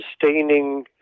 sustaining